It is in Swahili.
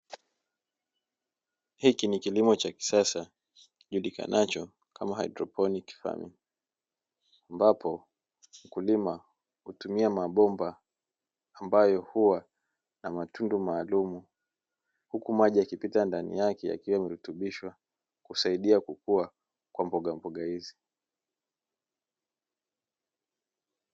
Hiki ni kilimo cha kisasa kijulikanacho kama haidroponi ambapo mkulima hutumia mabomba ambayo huwa na matundu maalumu, huku maji yakipita ndani yake yakiwa yamerutubishwa husaidia kukua kwa mbogamboga hizi.